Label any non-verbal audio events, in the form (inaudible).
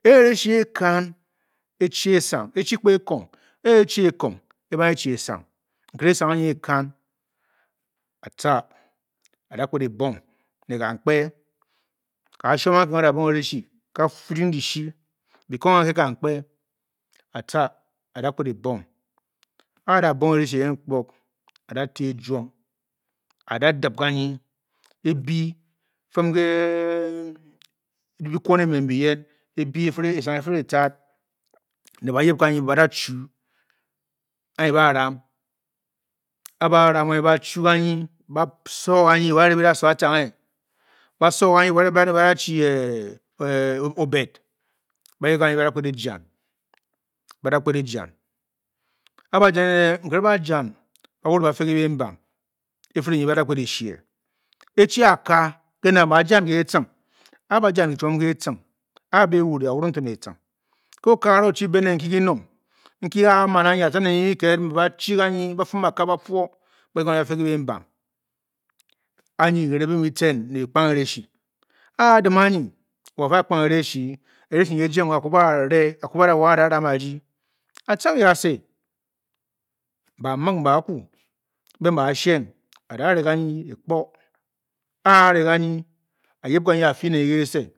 E ereshi e-kan. e-chi esang. e-chi esang. kpa ekong. e-chi ekong. e-bange chi esang. nkere esang anyi e-kan. atca. a-da kped e-bong ne kamkpe. kashuan anke nki ba dabong. ereshi ka-furing dishi bi kong ganke. kampe atca a-da kped ebong aa-da ereshi eyen kpog. a da tě e-juom. a-da dib kanyi e-bii fuum (hesitation) bi kwon emen bi yen. e-bii esang efirè te ad ne b-yib ganyine ba-da-chuu anyi ba a-ram. a a ba ram ganyi. ba chuu ganyi ba so ganyi wa erenge bi da so atcanghe ba so ganyi wa erenge ba dachi (hesitation) obed. ba-yib vanyi. ba da kped eyan ba da-kped e-jan. a a ba-jan ene. nkere ba a jan ba wure ba-fe kě bembam. e-firè nyi ba da kped e-shie. e-chi aka ke na. bě ba jan ke etcing. e ba ja-an chiom ke etcing a a-be wure. a-wurung ganyi to ne etcing nke okagara oo-chi bě ně nki gi nong. nki a a-man anyi a-ja ne nyi kiked be ba-fim akaba puo. ba yib ganyi ba fe ke bembam. anyi ge renghe bi muu tcenne bi kpang ereshi aa-dim angi. wo a-fi a-kpang ereshi. ereshi. nyi e-jeng o a-ku bǎ rě. a-ku ba wang a-da ram a-rdi. a-tca ke ga se. ba mig mbe akwu mbe ba-sheng. a da re ganyi kpog. a a-re ganyi. a-yib ganyi a-fi ne nyi gèsě